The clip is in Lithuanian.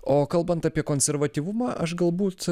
o kalbant apie konservatyvumą aš galbūt